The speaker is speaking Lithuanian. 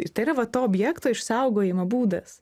ir tai yra va to objekto išsaugojimo būdas